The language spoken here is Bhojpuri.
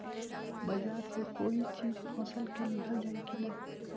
बाजार से कोई चीज फसल के लिहल जाई किना?